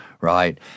right